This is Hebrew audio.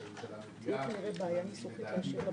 תהיה כנראה בעיה ניסוחית לאשר את